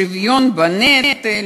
שוויון בנטל.